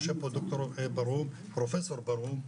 ישב פה ד"ר ברהום פרופסור ברהום,